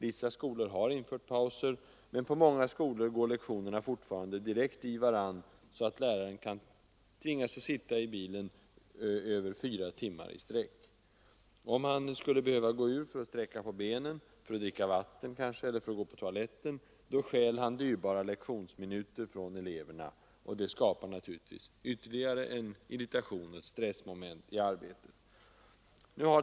Vissa skolor har infört pauser, men på många skolor går lektionerna fortfarande direkt i varandra, så att läraren kan tvingas sitta i bilen över fyra timmar i sträck. Om han skulle behöva gå ur den för att sträcka på benen, för att dricka vatten eller för att gå på toaletten, stjäl han dyrbara lektionsminuter från eleverna. Det skapar också irritation och blir ytterligare ett stressmoment i arbetet.